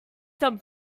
some